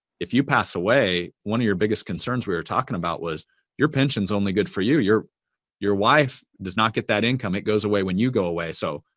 if you pass away, one of your biggest concerns we were talking about was your pension is only good for you. your your wife does not get that income. it goes away when you go away. so,